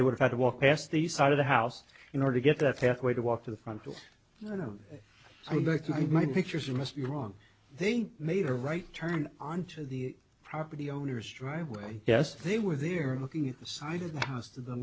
they would have to walk past the side of the house in order to get that halfway to walk to the front to you know i think my pictures you must be wrong they made a right turn onto the property owners driveway yes they were there looking at the side of the house to the